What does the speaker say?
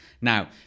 Now